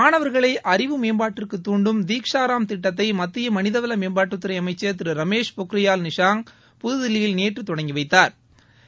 மாணவர்களை அறிவு மேம்பாட்டிற்கு தூண்டும் தீக்ஷாரம் திட்டத்தை மத்திய மனிதவள மேம்பாட்டுத்துறை அமைச்சர் திரு ரமேஷ் பொக்ரியால் நிஷாங் புதுதில்லியில் நேற்று தொடங்கி வைத்தாா்